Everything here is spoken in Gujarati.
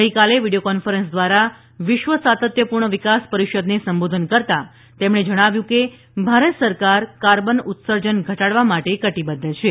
ગઈકાલે વિડીયો કોન્ફરન્સ દ્વારા વિશ્વ સાતત્યપૂર્ણ વિકાસ પરિષદને સંબોધન કરતાં તેમણે ભારત સરકાર કાર્બન ઉત્સર્જન ઘટાડવા માટે કટીબદ્ધ છે